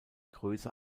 größe